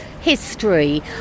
history